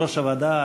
יושב-ראש הוועדה,